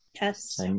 yes